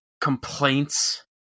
complaints